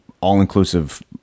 all-inclusive